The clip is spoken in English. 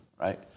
right